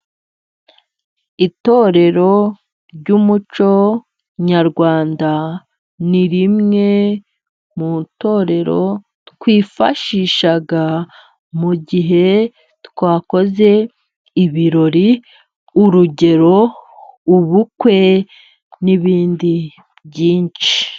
Itorero ry'umuco nyarwanda ni rimwe mu itorero twifashisha mu gihe twakoze ibirori. Urugero ubukwe, n'ibindi byinshi.